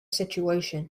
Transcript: situation